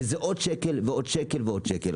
כי זה עוד שקל ועוד שקל ועוד שקל.